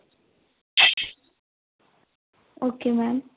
okay ma'am